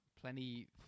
Plenty